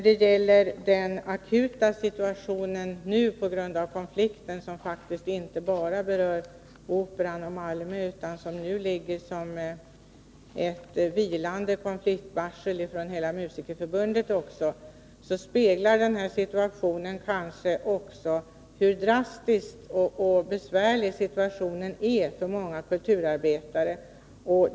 Den nu akuta situationen, på grund av den konflikt som faktiskt inte bara berör Operan och Malmö stadsteater utan som nu också utvidgas med ett vilande konfliktvarsel från hela Musikerförbundet, speglar kanske också hur drastisk och besvärlig situationen är för många kulturarbetare.